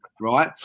right